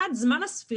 אחת, זמן הספירה